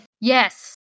yes